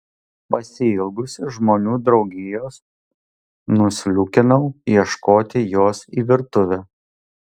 pasiilgusi žmonių draugijos nusliūkinau ieškoti jos į virtuvę